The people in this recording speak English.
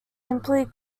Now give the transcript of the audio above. simply